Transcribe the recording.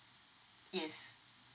yes